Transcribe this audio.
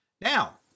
Now